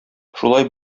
шулай